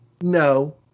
no